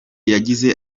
yagize